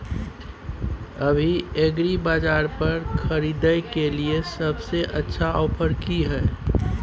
अभी एग्रीबाजार पर खरीदय के लिये सबसे अच्छा ऑफर की हय?